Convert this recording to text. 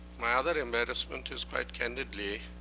my other embarrassment is, quite candidly,